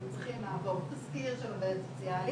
הם צריכים לעבור תסקיר של עובדת סוציאלית.